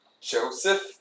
Joseph